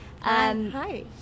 Hi